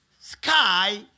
sky